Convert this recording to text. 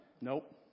Nope